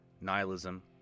nihilism